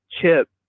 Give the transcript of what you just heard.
chip